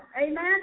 Amen